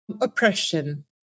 Oppression